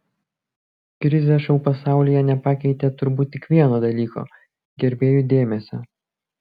krizė šou pasaulyje nepakeitė turbūt tik vieno dalyko gerbėjų dėmesio